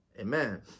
Amen